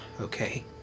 Okay